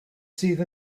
sydd